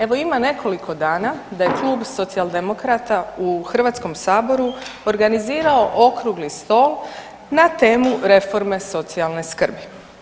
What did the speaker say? Evo ima nekoliko dana da je Klub Socijaldemokrata u Hrvatskom saboru organizirao okrugli stol na temu reforme socijalne skrbi.